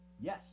Yes